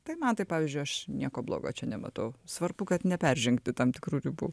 tai man tai pavyzdžiui aš nieko blogo čia nematau svarbu kad neperžengti tam tikrų ribų